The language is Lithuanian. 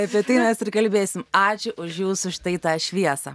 apie tai mes ir kalbėsim ačiū už jūsų štai tą šviesą